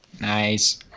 Nice